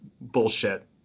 bullshit